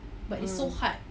mm